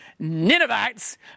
Ninevites